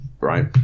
right